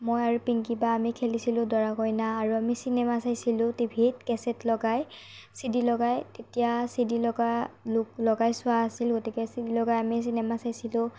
মই আৰু পিংকী বা আমি খেলিছিলো দৰা কইনা আৰু আমি চিনেমা চাইছিলো টিভিত কেছেট লগাই চি ডি লগাই তেতিয়া চি ডি লগা লগাই চোৱা আছিলো গতিকে চি ডি লগাই আমি চিনেমা চাইছিলো